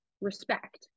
respect